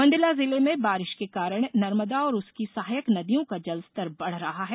मंडला जिले में बारिश के कारण नर्मदा और उसकी सहायक नदियों का जल स्तर बढ़ रहा है